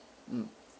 mm